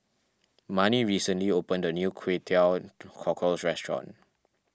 Marnie recently opened a new Kway Teow Cockles restaurant